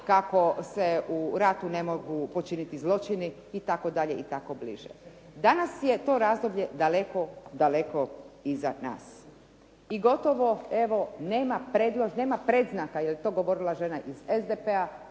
kako se u ratu ne mogu počiniti zločini i tako dalje, i tako bliže. Danas je to razdoblje daleko, daleko iza nas i gotovo evo nema predznaka da je to govorila žena iz SDP-a,